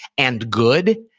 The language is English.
and good,